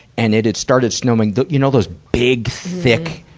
and it had started snowing you know those big, thick,